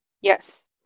Yes